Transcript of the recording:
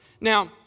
Now